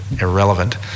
irrelevant